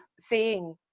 seeing